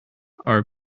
are